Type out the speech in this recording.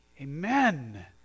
amen